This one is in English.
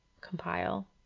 compile